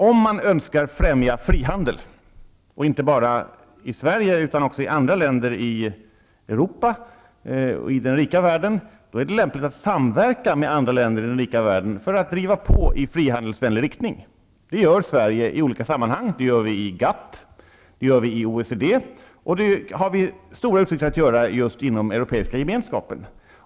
Om man önskar främja frihandel -- inte bara i Sverige, utan även i andra länder i Europa, i den rika världen -- är det lämpligt att samverka med andra länder i den rika världen för att driva på i frihandelsvänlig riktning. Sverige gör detta i olika sammanhang, t.ex. i GATT och OECD, och Sverige har stora utsikter att göra det i Europeiska gemenskapen.